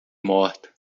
morta